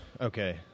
okay